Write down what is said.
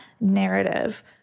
narrative